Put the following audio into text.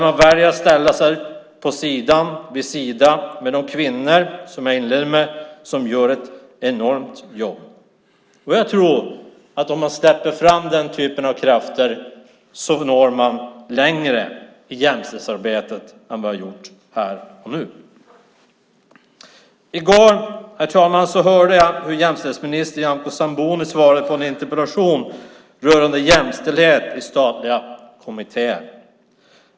Man väljer att ställa sig vid sidan av de kvinnor, som jag nämnde i min inledning, som gör ett enormt jobb. Jag tror att om man släpper fram den typen av krafter når man längre i jämställdhetsarbetet än man har gjort här och nu. I går hörde jag när jämställdhetsminister Nyamko Sabuni svarade på en interpellation rörande jämställdhet i statliga kommittéer.